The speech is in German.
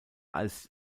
als